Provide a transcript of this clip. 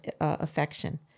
affection